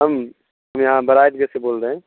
ہم یہاں بڑا عیدگاہ سے بول رہے ہیں